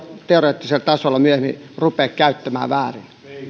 teoreettisella tasolla myöhemmin ruveta käyttämään väärin